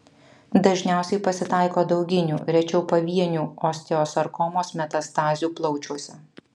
dažniausiai pasitaiko dauginių rečiau pavienių osteosarkomos metastazių plaučiuose